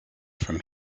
from